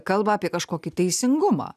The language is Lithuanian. kalba apie kažkokį teisingumą